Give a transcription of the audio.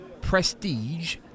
prestige